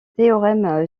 théorème